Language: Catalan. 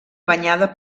banyada